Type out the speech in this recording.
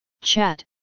chat